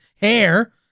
hair